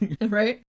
Right